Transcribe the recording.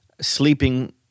Sleeping